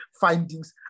findings